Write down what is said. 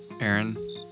Aaron